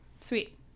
sweet